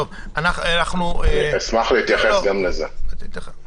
אני אשמח להתייחס גם לזה, אם אפשר.